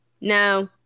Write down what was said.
No